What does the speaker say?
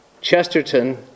Chesterton